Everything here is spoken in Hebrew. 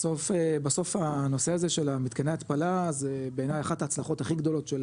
בסוף הנושא הזה של מתקני ההתפלה זה בעיניי אחת ההצלחות הכי גדולות של